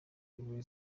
iwe